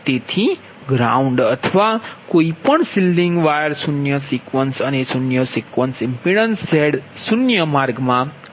તેથી ગ્રાઉન્ડ અથવા કોઈપણ શિલ્ડિંગ વાયર શૂન્ય સિક્વન્સ અને શૂન્ય સિક્વન્સ ઇમ્પિડન્સ Z0 માર્ગમાં છે